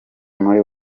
muri